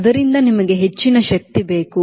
ಆದ್ದರಿಂದ ನಿಮಗೆ ಹೆಚ್ಚಿನ ಶಕ್ತಿ ಬೇಕು